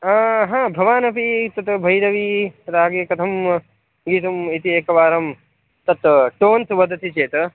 आ हा भवानपि तत् भैरवीरागे कथं गीतम् इति एकवारं तत् टोन्स् वदति चेत्